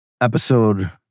episode